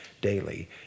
daily